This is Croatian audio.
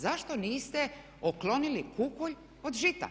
Zašto niste otklonili kukolj od žita?